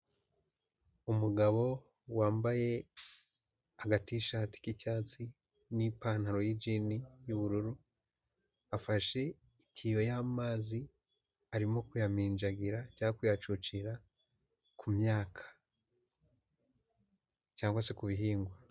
Umugabo wambaye agatishati k'icyatsi n'ipantaro y'ijini y'ubururu, afashe itiyo y'amazi, arimo kuyaminjagira cya kuyacocera ku myaka, cyangwa se ku bihingwa.